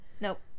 Nope